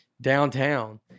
downtown